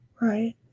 right